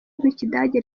rw’ikidage